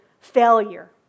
failure